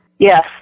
Yes